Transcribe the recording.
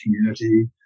community